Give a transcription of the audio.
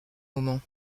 moment